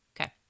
Okay